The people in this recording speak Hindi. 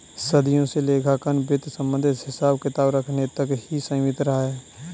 सदियों से लेखांकन वित्त संबंधित हिसाब किताब रखने तक ही सीमित रहा